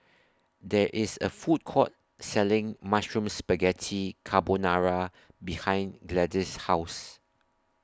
There IS A Food Court Selling Mushroom Spaghetti Carbonara behind Gladis' House